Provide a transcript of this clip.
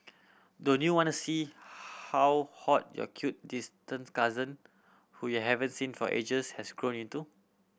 don't you wanna see how hot your cute distant cousin whom you haven't seen for ages has grown into